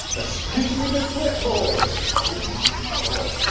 especially the clipboards oh my god